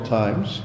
times